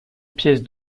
pièce